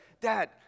Dad